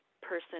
person